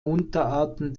unterarten